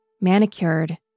manicured